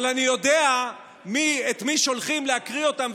אבל אני יודע את מי שולחים להקריא אותם,